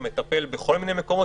או מטפל בכל מיני מקומות,